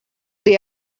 they